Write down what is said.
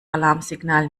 alarmsignal